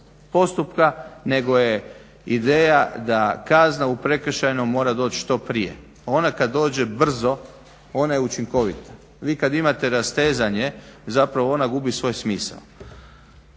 postupka nego je ideja da kazna u prekršajnom mora doći što prije. Ona kad dođe brzo, ona je učinkovita. Vi kad imate rastezanje zapravo ona gubi svoj smisao.